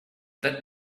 that